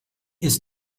ist